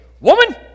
woman